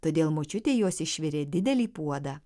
todėl močiutė jos išvirė didelį puodą